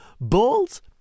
Balls